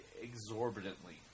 exorbitantly